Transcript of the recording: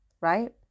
right